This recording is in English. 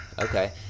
Okay